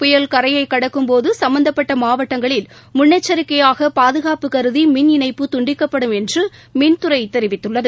புயல் கரையை கடக்கும் போது சும்பந்தப்பட்ட மாவட்டங்களில் முன்னெச்சிக்கையாக பாதுகாப்பு கருதி மின் இணைப்பு துண்டிக்கப்படும் என்று மின்துறை தெரிவித்துள்ளது